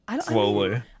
slowly